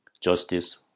Justice